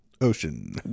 ocean